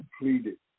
completed